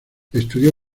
estudió